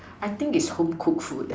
I think it is home cooked food lah